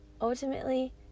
ultimately